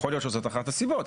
יכול להיות שזאת אחת הסיבות,